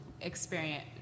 experience